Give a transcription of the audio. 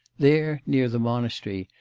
there, near the monastery,